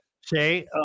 Say